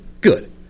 Good